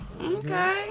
Okay